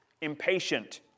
impatient